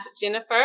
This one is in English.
Jennifer